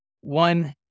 one